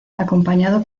acompañado